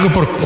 ¿Por